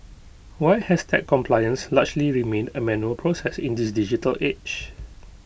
why has tax compliance largely remained A manual process in this digital age